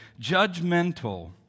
judgmental